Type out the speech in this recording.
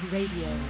Radio